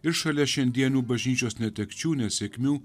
ir šalia šiandienių bažnyčios netekčių nesėkmių